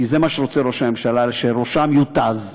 כי זה מה שראש הממשלה רוצה, שראשם יותז,